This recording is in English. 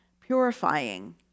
purifying